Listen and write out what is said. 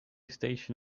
station